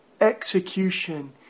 execution